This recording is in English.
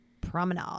promenade